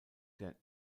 der